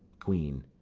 queen.